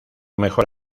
mejor